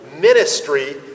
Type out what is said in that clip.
ministry